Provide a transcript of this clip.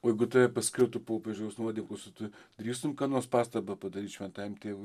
o jeigu tave paskirtų popiežiaus nuodėmklausiu tu drįstum ką nors pastabą padaryt šventajam tėvui